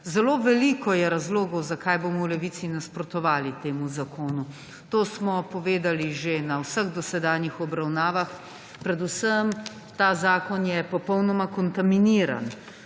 Zelo veliko je razlogov zakaj bomo v Levici nasprotovali temu zakonu. To smo povedali že na vseh dosedanjih obravnavah, predvsem ta zakon je popolnoma kontaminiran.